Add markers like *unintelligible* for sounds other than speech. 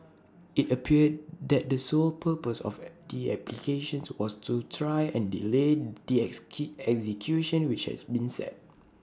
IT appeared that the sole purpose of *unintelligible* the applications was to try and delay the *unintelligible* execution which had been set